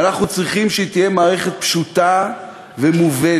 ואנחנו צריכים שהיא תהיה מערכת פשוטה ומובנת